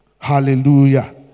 Hallelujah